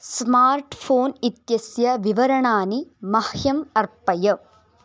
smart phone इत्यस्य विवरणानि मह्यम् अर्पय